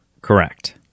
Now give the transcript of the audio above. correct